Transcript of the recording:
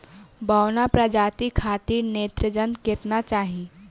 बौना प्रजाति खातिर नेत्रजन केतना चाही?